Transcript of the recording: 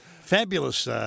Fabulous